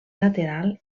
lateral